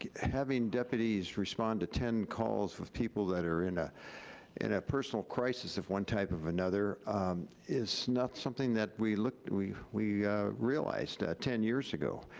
having deputies respond to ten calls with people that are in a, in a personal crisis of one type of another is not something that we look, we we realized ten years ago.